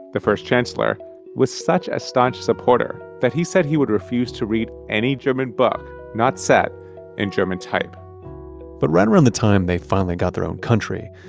the first chancellor was such a staunch supporter that he said he would refuse to read any german book not set in german type but right around the time they finally got their own country,